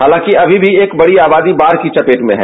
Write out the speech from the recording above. हांलाकि अभी भी एक बड़ी आबादी बाढ़ की चपेट में हैं